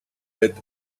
let